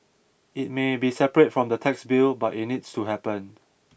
it may be separate from the tax bill but it needs to happen